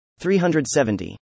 370